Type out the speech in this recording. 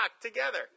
together